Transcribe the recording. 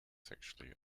sexually